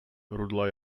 rudla